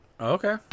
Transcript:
Okay